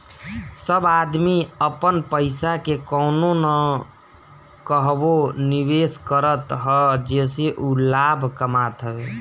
सब आदमी अपन पईसा के कहवो न कहवो निवेश करत हअ जेसे उ लाभ कमात हवे